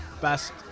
best